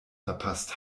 verpasst